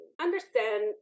understand